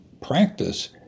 practice